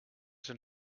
zijn